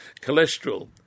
cholesterol